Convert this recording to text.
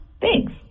Thanks